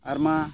ᱟᱨ ᱢᱟ